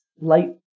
light